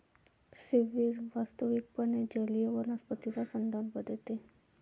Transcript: seaweed वास्तविकपणे जलीय वनस्पतींचा संदर्भ देते